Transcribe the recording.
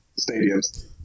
stadiums